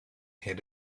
had